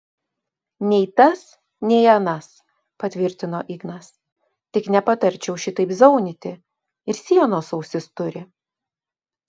nei tas nei anas patvirtino ignas tik nepatarčiau šitaip zaunyti ir sienos ausis turi